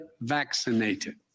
vaccinated